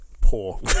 poor